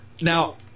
Now